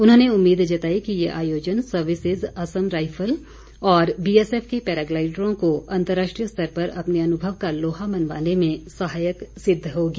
उन्होंने उम्मीद जताई कि ये आयोजन सर्विसिज आसाम राईफल और बीएसएफ के पैराग्लाईडरों को अंतर्राष्ट्रीय स्तर पर अपने अनुभव का लोहा मनावाने में सहायक सिद्ध होगी